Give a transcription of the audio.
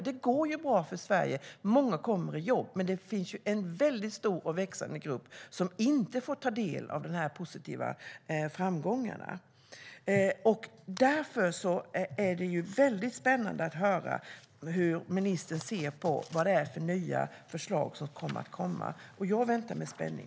Det går bra för Sverige och många kommer i jobb, men det finns en väldigt stor och växande grupp som inte får ta del av framgångarna. Därför är det väldigt spännande att höra hur ministern ser på vad det är för nya förslag som kommer att komma. Jag väntar med spänning.